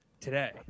today